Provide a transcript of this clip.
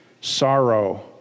sorrow